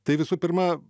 tai visų pirma